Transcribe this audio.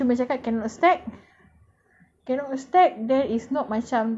cannot stack that is not macam tak boleh is not refundable